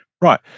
Right